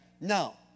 No